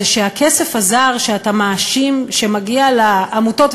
שהכסף הזר שאתה מאשים שמגיע לעמותות,